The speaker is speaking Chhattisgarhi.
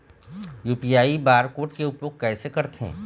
यू.पी.आई बार कोड के उपयोग कैसे करथें?